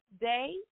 day